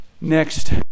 next